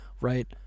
right